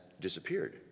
disappeared